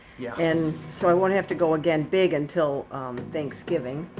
yeah. and, so i won't have to go again big until thanksgiving.